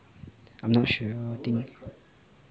I'm not sure